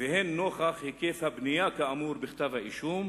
והן נוכח היקף הבנייה כאמור בכתב האישום.